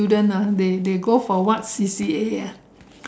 student ah they they they go for what C_C_A ah